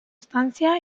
estancia